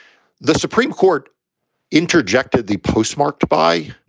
the supreme court interjected the postmarked by,